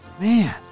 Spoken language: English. Man